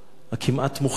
הכמעט מוחלטת,